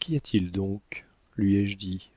quy a t il donc lui ai-je dit